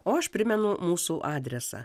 o aš primenu mūsų adresą